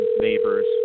neighbors